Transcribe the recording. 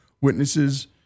witnesses